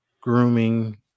grooming